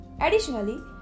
Additionally